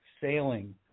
sailing